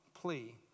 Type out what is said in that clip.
plea